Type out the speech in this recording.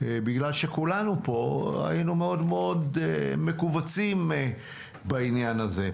בגלל שכולנו פה היינו מאוד מכווצים בעניין הזה.